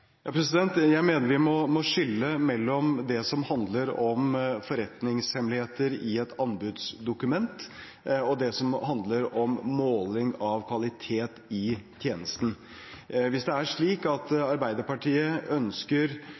Jeg mener vi må skille mellom det som handler om forretningshemmeligheter i et anbudsdokument, og det som handler om måling av kvalitet i tjenesten. Hvis det er slik at Arbeiderpartiet ønsker